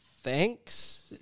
Thanks